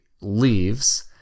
leaves